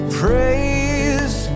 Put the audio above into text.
praise